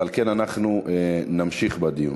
ועל כן אנחנו נמשיך בדיון.